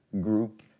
group